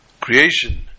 creation